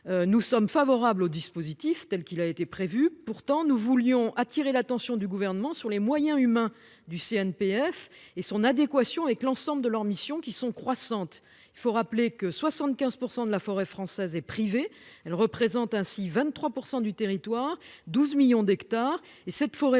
Nous sommes favorables au dispositif tels qu'il a été prévu. Pourtant, nous voulions attirer l'attention du gouvernement sur les moyens humains du CNPF et son adéquation avec l'ensemble de leurs missions qui sont croissantes. Il faut rappeler que 75% de la forêt française et privés. Elle représente ainsi 23% du territoire, 12 millions d'hectares et cette forêt